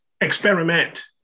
experiment